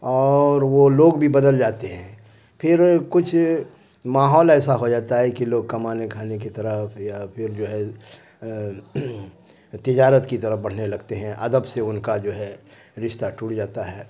اور وہ لوگ بھی بدل جاتے ہیں پھر کچھ ماحول ایسا ہو جاتا ہے کہ لوگ کمانے کھانے کی طرف یا پھر جو ہے تجارت کی طرف بڑھنے لگتے ہیں ادب سے ان کا جو ہے رشتہ ٹوٹ جاتا ہے